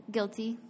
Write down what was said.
Guilty